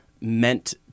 meant